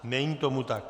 Není tomu tak.